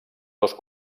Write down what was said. dos